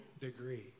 degree